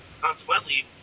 consequently